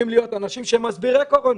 אנשים שהם מסבירי קורונה.